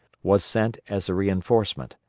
was sent as a reinforcement.